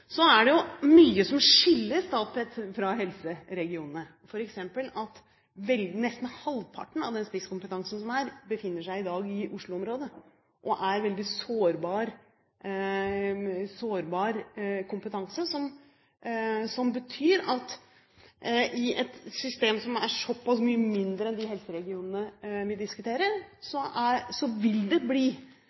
Så er det jo mye som skiller Statped fra helseregionene. For eksempel: Nesten halvparten av den spisskompetansen som er, befinner seg i dag i Oslo-området. Det er en veldig sårbar kompetanse, som betyr at i et system som er såpass mye mindre enn de helseregionene vi diskuterer, vil det bli